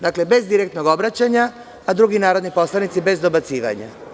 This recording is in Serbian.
Dakle, bez direktnog obraćanja, a drugi narodni poslanici bez dobacivanja.